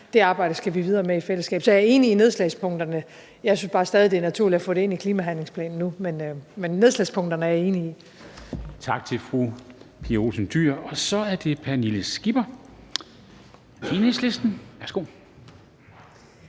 det arbejde skal vi videre med i fællesskab. Så jeg er enig i nedslagspunkterne, men jeg synes bare stadig, det er naturligt at få det ind i klimahandlingsplanen nu. Men nedslagspunkterne er jeg enig i. Kl. 13:51 Formanden (Henrik Dam Kristensen): Tak til fru Pia Olsen Dyhr. Så er det fru Pernille Skipper, Enhedslisten. Værsgo.